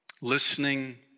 listening